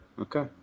Okay